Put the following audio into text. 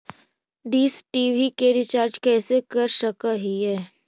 Dish TV के recharge कैसे कर सक हिय?